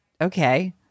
Okay